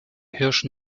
hirsch